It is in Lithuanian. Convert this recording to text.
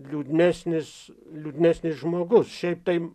liūdnesnis liūdnesnis žmogus šiaip tai